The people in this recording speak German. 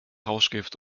rauschgift